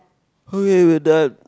okay we're done